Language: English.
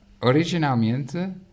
Originalmente